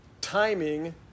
timing